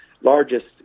Largest